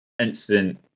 instant